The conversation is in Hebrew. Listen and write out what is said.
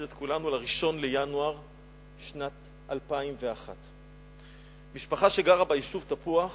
את כולנו ל-1 בינואר שנת 2001. משפחה שגרה ביישוב תפוח